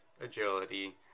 Agility